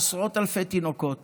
עשרות אלפי תינוקות